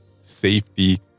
safety